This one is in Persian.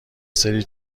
سری